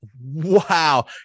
wow